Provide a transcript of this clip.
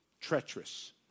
treacherous